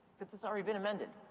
it's it's already been amended,